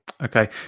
Okay